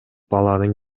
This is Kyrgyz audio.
баланын